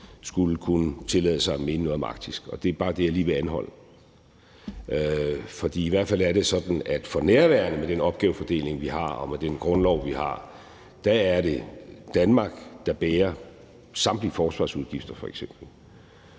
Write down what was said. skulle kunne tillade sig at mene noget om Arktis, og det er bare det, jeg lige vil anholde. For i hvert fald er det sådan, at det for nærværende med den opgavefordeling, vi har, og med den grundlov, vi har, er Danmark, der f.eks. bærer samtlige forsvarsudgifter, som